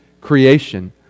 creation